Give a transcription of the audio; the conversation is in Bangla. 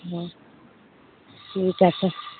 হুম ঠিক আছে